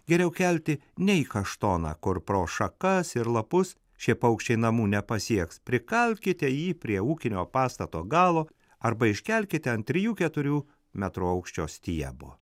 geriau kelti nei kaštoną kur pro šakas ir lapus šie paukščiai namų nepasieks prikalkite jį prie ūkinio pastato galo arba iškelkite ant trijų keturių metrų aukščio stiebo